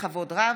בכבוד רב,